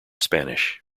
spanish